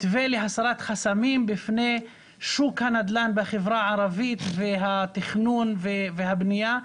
מתווה להסרת חסמים בפני שוק הנדל"ן בחברה הערבית והתכנון והבנייה.